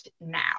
now